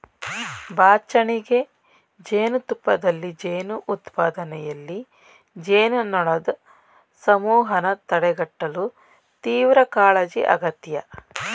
ಬಾಚಣಿಗೆ ಜೇನುತುಪ್ಪದಲ್ಲಿ ಜೇನು ಉತ್ಪಾದನೆಯಲ್ಲಿ, ಜೇನುನೊಣದ್ ಸಮೂಹನ ತಡೆಗಟ್ಟಲು ತೀವ್ರಕಾಳಜಿ ಅಗತ್ಯ